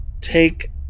take